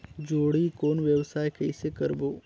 जोणी कौन व्यवसाय कइसे करबो?